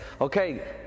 Okay